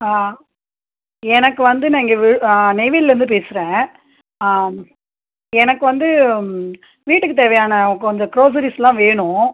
ஆ எனக்கு வந்து நான் இங்கே விழு நெய்வேலிலேருந்து பேசுகிறேன் எனக்கு வந்து வீட்டுக்குத் தேவையான கொஞ்சம் க்ரோசரிஸெல்லாம் வேணும்